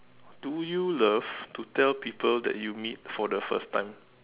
do you love to tell people then you meet for the first time